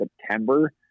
September